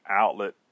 outlet